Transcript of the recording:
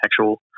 actual